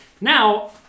Now